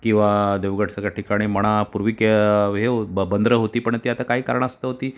किंवा देवगडसारख्या ठिकाणी म्हणा पूर्वी के हे बंदरं होती पण ती आता काही कारणास्तव ती